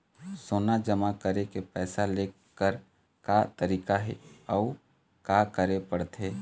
सोना जमा करके पैसा लेकर का तरीका हे अउ का करे पड़थे?